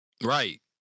Right